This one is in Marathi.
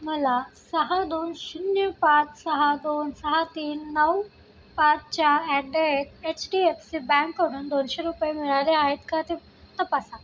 मला सहा दोन शून्य पाच सहा दोन सहा तीन नऊ पाच चार at the at H D F C बँकडून दोनशे रुपये मिळाले आहेत का ते तपासा